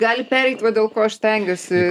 gali pereit va dėl ko aš stengiuosi